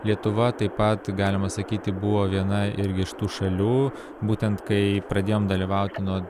lietuva taip pat galima sakyti buvo viena irgi iš tų šalių būtent kai pradėjom dalyvauti nuo